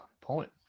point